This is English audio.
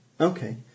Okay